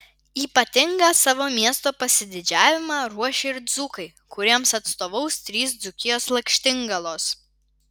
ypatingą savo miesto pasididžiavimą ruošia ir dzūkai kuriems atstovaus trys dzūkijos lakštingalos